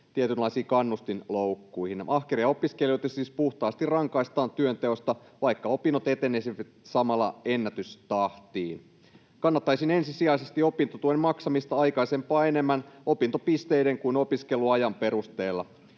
tietynlaisiin kannustinloukkuihin. Ahkeria opiskelijoita siis puhtaasti rangaistaan työnteosta, vaikka opinnot etenisivät samalla ennätystahtiin. Kannattaisin ensisijaisesti opintotuen maksamista aikaisempaa enemmän opintopisteiden kuin opiskeluajan perusteella.